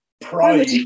Pride